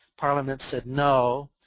parliament said no,